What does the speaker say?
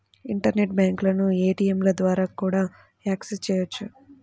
internet బ్యాంకులను ఏటీయంల ద్వారా కూడా యాక్సెస్ చెయ్యొచ్చు